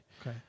Okay